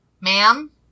Ma'am